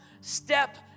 step